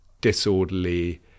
disorderly